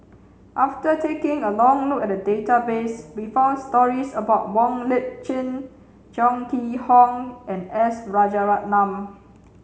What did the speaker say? after taking a look at the database we found stories about Wong Lip Chin Chong Kee Hiong and S Rajaratnam